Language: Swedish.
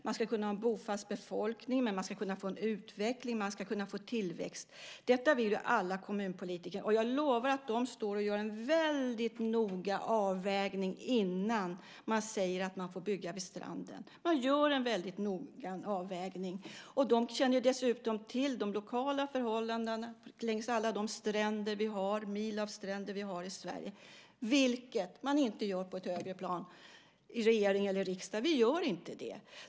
Man ska kunna ha en bofast befolkning och man ska kunna få en utveckling och en tillväxt. Detta vill ju alla kommunpolitiker. Jag lovar att de står och gör en väldigt noggrann avvägning innan de säger att man får bygga vid stranden. De känner dessutom till de lokala förhållandena längs alla de mil av stränder som vi har i Sverige, vilket man inte gör på ett högre plan i regering eller riksdag. Vi gör inte det!